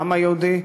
לעם היהודי.